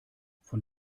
von